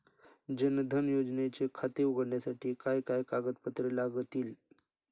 जनधन योजनेचे खाते उघडण्यासाठी काय काय कागदपत्रे लागतील?